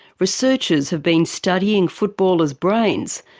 researchers have been studying footballers' brains,